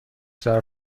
زرد